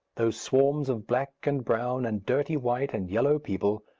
those swarms of black, and brown, and dirty-white, and yellow people,